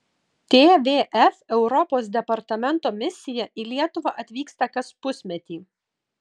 tvf europos departamento misija į lietuvą atvyksta kas pusmetį